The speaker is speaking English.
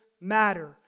matter